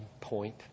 point